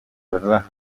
verdad